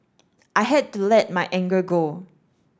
I had to let my anger go